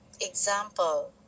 example